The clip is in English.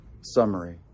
summary